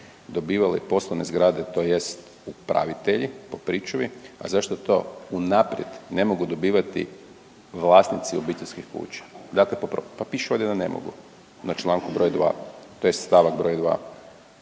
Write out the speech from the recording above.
dobivale poslovne zgrade tj. upravitelji u pričuvi, a zašto to unaprijed ne mogu dobivati vlasnici obiteljskih kuća. Dakle, pa piše ovdje da ne mogu na članku broj 2. tj. stavak broj 2.,